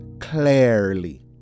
Clearly